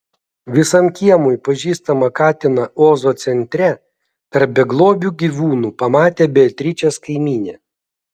visam kiemui pažįstamą katiną ozo centre tarp beglobių gyvūnų pamatė beatričės kaimynė